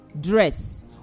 dress